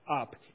up